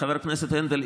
חבר הכנסת הנדל,